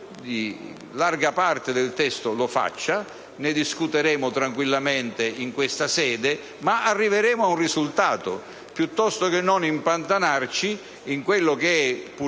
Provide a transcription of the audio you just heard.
di larga parte del testo, le avanzi; ne discuteremo tranquillamente in questa sede, ma almeno arriveremo a un risultato, piuttosto che impantanarci in quello che è - questo